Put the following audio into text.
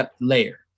layer